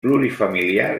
plurifamiliar